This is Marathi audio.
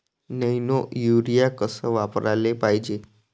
नैनो यूरिया कस वापराले पायजे?